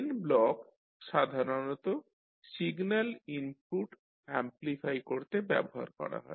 gain block সাধারণতঃ signal input amplify করতে ব্যবহার করা হয়